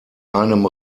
einem